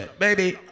baby